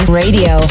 radio